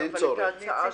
קטן (ו)